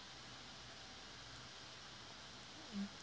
okay